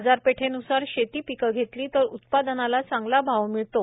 बाजारपेठेन्सार शेती पिकं घेतली तर उत्पादनाला चांगला भाव मिळतो